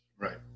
Right